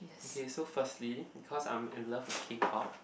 okay so firstly cause I'm in love with K pop